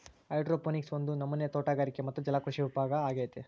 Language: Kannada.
ಹೈಡ್ರೋಪೋನಿಕ್ಸ್ ಒಂದು ನಮನೆ ತೋಟಗಾರಿಕೆ ಮತ್ತೆ ಜಲಕೃಷಿಯ ಉಪವಿಭಾಗ ಅಗೈತೆ